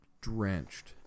drenched